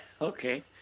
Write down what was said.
Okay